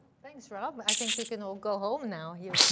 thanks, rob. i think we can all go home now. you've